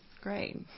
great